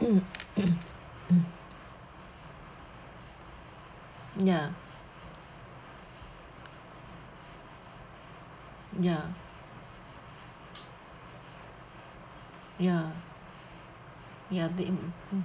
ya ya ya ya there is mm